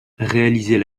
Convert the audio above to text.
réaliser